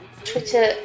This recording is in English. twitter